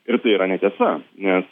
ir tai yra netiesa nes